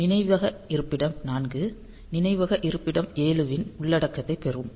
நினைவக இருப்பிடம் 4 நினைவக இருப்பிடம் 7 லின் உள்ளடக்கத்தைப் பெறும்